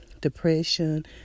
depression